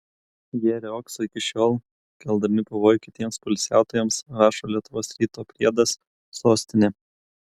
jie riogso iki šiol keldami pavojų kitiems poilsiautojams rašo lietuvos ryto priedas sostinė